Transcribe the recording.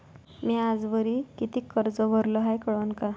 म्या आजवरी कितीक कर्ज भरलं हाय कळन का?